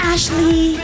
Ashley